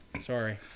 sorry